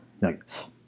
Nuggets